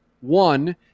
one